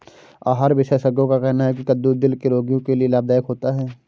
आहार विशेषज्ञों का कहना है की कद्दू दिल के रोगियों के लिए लाभदायक होता है